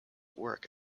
work